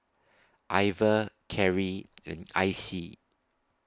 Iver Carri and Icey